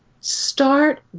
start